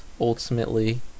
ultimately